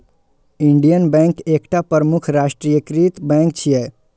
Indian bank एकटा प्रमुख राष्ट्रीयकृत बैंक छियै